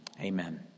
Amen